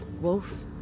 Wolf